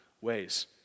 ways